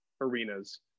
arenas